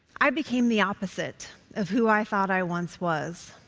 i became the opposite of who i thought i once was.